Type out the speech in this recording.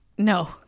no